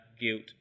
guilt